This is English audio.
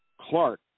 Clark